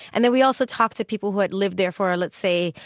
and then we also talked to people who had lived there for, let's say,